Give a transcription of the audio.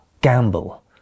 gamble